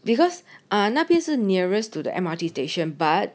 because ah 那便是 nearest to the M_R_T station but